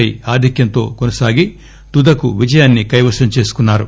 పై ఆధిక్యంతో కొనసాగి తుదకు విజయాన్ని కైవశం చేసుకున్నారు